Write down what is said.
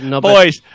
boys